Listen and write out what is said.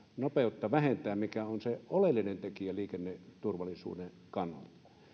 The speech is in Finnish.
nopeutta vähentää mikä on se oleellinen tekijä liikenneturvallisuuden kannalta